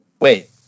wait